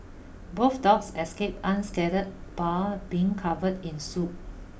both dogs escaped unscathed bar being covered in soot